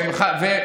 עדיף חד-פעמי.